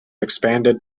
expanded